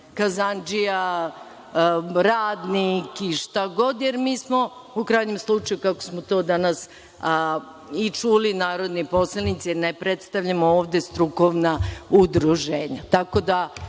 kazandžija, radnik, šta god, jer, mi smo, u krajnjem slučaju, kako smo to danas čuli, narodni poslanici i ne predstavljamo ovde strukovna udruženja.